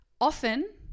Often